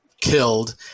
killed